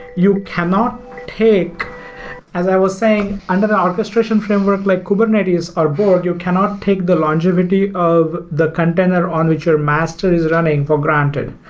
you cannot take as i was saying, under the orchestration framework like kubernetes or borg, you cannot take the longevity of the container on which your master is running for granted.